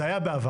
זה היה בעבר.